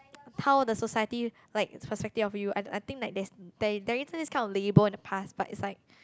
how the society like suspecting of you I I think like there there isn't this kind of label in the past but it's like